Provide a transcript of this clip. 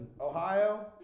Ohio